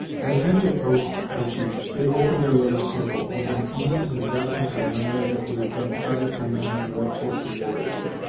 as hetty approached the chiefs they opened their little circle, with an ease and deference of manner that would have done credit to men of more courtly origin.